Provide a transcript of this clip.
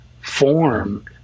form